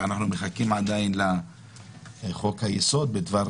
ואני מזכיר שאנחנו עדיין מחכים לחוק היסוד בדבר